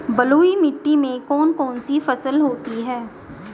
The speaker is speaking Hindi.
बलुई मिट्टी में कौन कौन सी फसल होती हैं?